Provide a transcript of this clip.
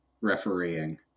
refereeing